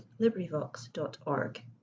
LibriVox.org